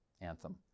Anthem